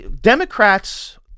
Democrats